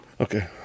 okay